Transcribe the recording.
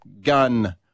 gun